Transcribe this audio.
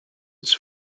his